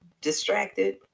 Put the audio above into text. distracted